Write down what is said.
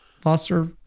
Foster